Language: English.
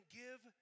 give